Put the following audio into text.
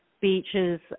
beaches